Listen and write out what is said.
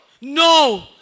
No